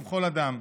ובכל אדם.